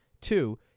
Two